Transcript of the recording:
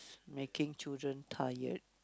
making children tired